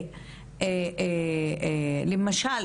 למשל,